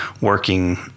working